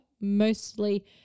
mostly